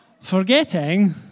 Forgetting